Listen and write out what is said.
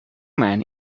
men